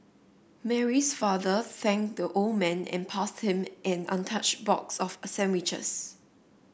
Mary's father thanked the old man and passed him an untouched box of a sandwiches